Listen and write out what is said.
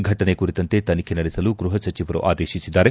ಫಟನೆ ಕುರಿತಂತೆ ತನಿಖೆ ನಡೆಸಲು ಗೃಹಸಚಿವರು ಆದೇಶಿಸಿದ್ದಾರೆ